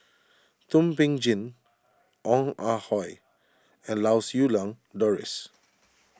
Thum Ping Tjin Ong Ah Hoi and Lau Siew Lang Doris